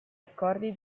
accordi